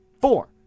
Four